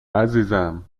عزیزم